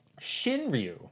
shinryu